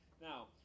Now